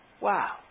Wow